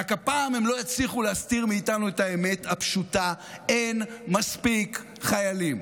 רק שהפעם הם לא יצליחו להסתיר מאיתנו את האמת הפשוטה: אין מספיק חיילים,